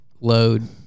load